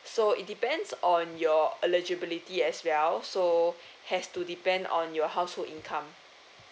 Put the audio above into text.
so it depends on your eligibility as well so has to depend on your household income